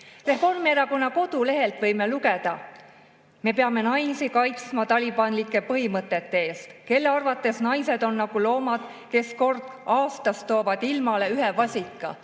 Reformierakonna kodulehelt võime lugeda: "Me peame neid (naisi – E. P.) kaitsma talibanlike põhimõtete eest, kelle arvates naised on nagu loomad, kes kord aastas toovad ilmale ühe vasika."